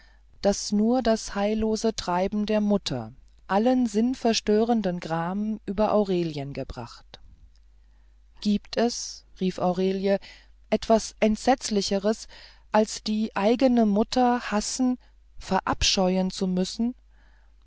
daß nur das heillose treiben der mutter allen sinnverstörenden gram über aurelien gebracht gibt es rief aurelie etwas entsetzlicheres als die eigne mutter hassen verabscheuen zu müssen